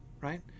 right